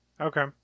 Okay